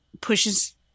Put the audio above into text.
pushes